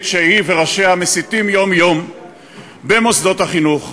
שהיא וראשיה מסיתים יום-יום במוסדות החינוך,